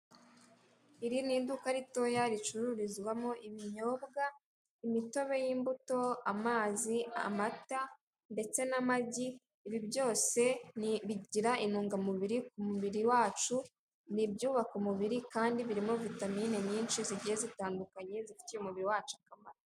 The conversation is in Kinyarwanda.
Iri ni iduka ritoya ricururizwamo ibinyobwa, imitobe y'imbuto, amazi, amata, ndetse n'amagi, ibi byose bigira intungamubiri ku mubiri wacu, ni ibyubaka umubiri, kandi birimo vitamini nyinshi zigiye zitandukanye, zifitiye umubiri wacu akamaro.